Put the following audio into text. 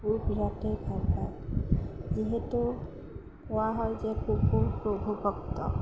কুকুৰ বিৰাটেই ভালপাওঁ যিহেতু কোৱা হয় যে কুকুৰ প্ৰভুভক্ত